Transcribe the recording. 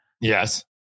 Yes